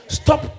stop